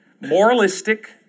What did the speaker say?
Moralistic